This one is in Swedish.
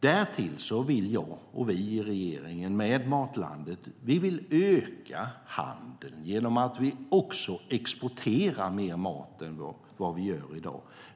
Därtill vill jag och regeringen med Matlandet öka handeln genom att Sverige också exporterar mer mat än vad vi gör i dag.